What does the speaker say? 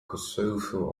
kosovo